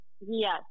yes